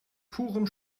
purem